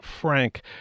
Frank